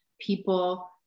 people